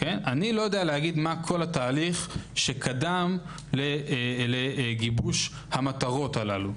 אני לא יודע לומר מה כל התהליך שקדם לגיבוש המטרות הללו.